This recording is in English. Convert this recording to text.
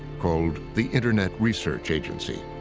called the internet research agency.